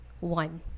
one